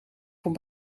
voor